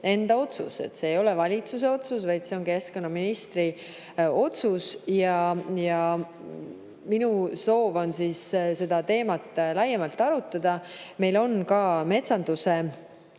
enda otsus. See ei ole valitsuse otsus, see on keskkonnaministri otsus. Minu soov on seda teemat laiemalt arutada. Meil on ka metsanduse